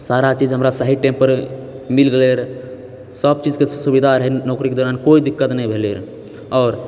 सारा चीज हमरा सही टाइम पर मिल गेलैरऽ सबचीजके सुविधा रहै नौकरीके दौरान कोइ दिक्कत नहि भेलैरऽ आओर